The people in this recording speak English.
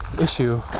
issue